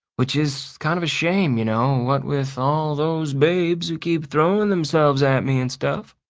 which is kind of a shame, you know, what with all those babes who keep throwing themselves at me and stuff?